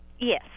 Yes